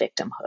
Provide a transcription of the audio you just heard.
victimhood